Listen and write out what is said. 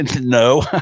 no